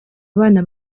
abana